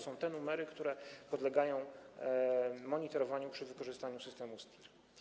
Są to numery, które podlegają monitorowaniu przy wykorzystaniu systemu STIR.